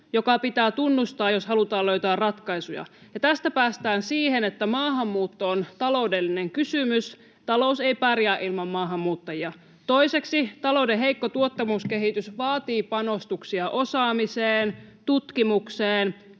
joka pitää tunnustaa, jos halutaan löytää ratkaisuja. Ja tästä päästään siihen, että maahanmuutto on taloudellinen kysymys. Talous ei pärjää ilman maahanmuuttajia. Toiseksi: talouden heikko tuottavuuskehitys vaatii panostuksia osaamiseen, tutkimukseen